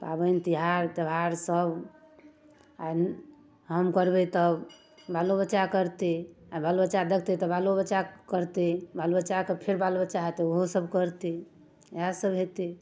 पाबनि तेहार त्योहारसब आइ हम करबै तब बालो बच्चा करतै आओर बाल बच्चा देखतै तऽ बालो बच्चा करतै बाल बच्चाके फेर बाल बच्चा हेतै ओहोसभ करतै इएहसब हेतै